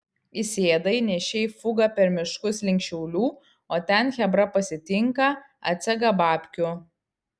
įsėdai nešei fugą per miškus link šiaulių o ten chebra pasitinka atsega babkių